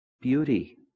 beauty